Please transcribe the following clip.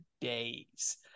days